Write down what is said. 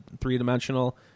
three-dimensional